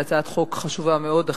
שהיא הצעת חוק חשובה מאוד.